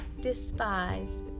despise